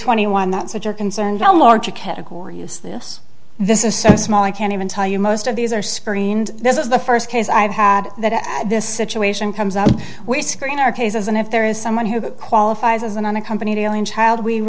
twenty one that said you're concerned the larger category is this this is so small i can't even tell you most of these are screened this is the first case i've had that this situation comes up we screen our cases and if there is someone who qualifies as an unaccompanied alien child we